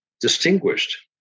distinguished